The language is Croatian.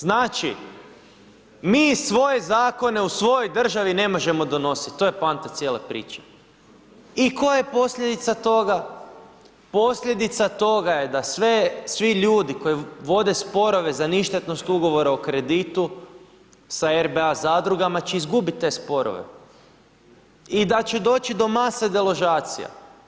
Znači mi svoje zakone u svojoj državi ne možemo donosit to je poanta cijele priče i koja je posljedica toga, posljedica toga je da svi ljudi koji vode sporove za ništetnost ugovora o kreditu sa RBA zadrugama će izgubit te sporove i da će doći do mase deložacija.